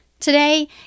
Today